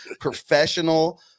professional